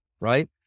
right